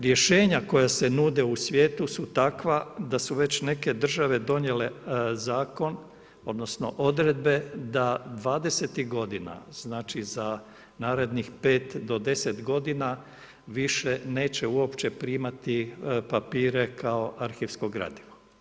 Rješenja koja se nude u svijetu su takva da su već neke države donijele zakon, odnosno odredbe da 20-ih godina, znači za narednih 5 do 10 godina, više neće uopće primati papire kao arhivsko gradivo.